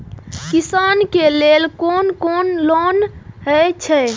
किसान के लेल कोन कोन लोन हे छे?